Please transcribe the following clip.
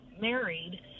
married